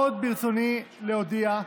עוד ברצוני להודיע,